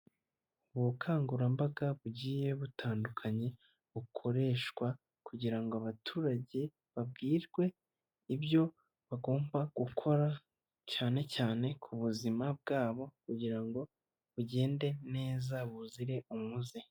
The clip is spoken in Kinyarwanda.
Ubukangurambaga bugiye butandukanye bukoreshwa kugira ngo abaturage babwirwe ibyo bagomba gukora cyane cyane ku buzima bwabo kugira ngo bugende neza buzire umuze.